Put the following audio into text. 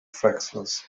fixes